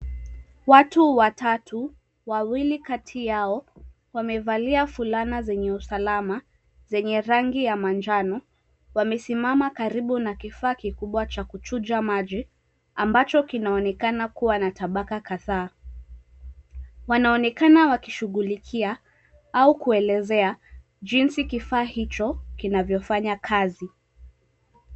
Watu watatu, wawili kati yao wamevalia fulana zenye usalama zenye rangi ya manjano wamesimama karibu na kifaa kikubwa cha kuchuja maji ambacho kinaonekana kuwa na tabaka kadhaa. Wanaonekana wakishughulikia au kuelezea jinsi kifaa hicho kinavyofanya kazi.